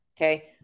okay